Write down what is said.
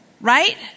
right